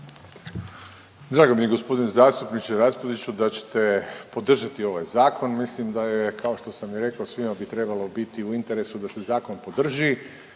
Drago mi je g. zastupniče Raspudiću da ćete podržati ovaj Zakon, mislim da je, kao što sam i rekao, svima bi trebalo biti u interesu da se zakon podrži.